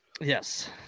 Yes